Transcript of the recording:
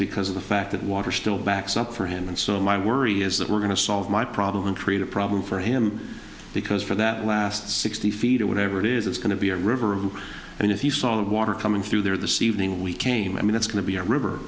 because of the fact that water still backs up for him and so my worry is that we're going to solve my problem and create a problem for him because for that last sixty feet or whatever it is it's going to be a river of and if you saw the water coming through there the sea evening we came i mean it's going to be a river